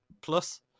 plus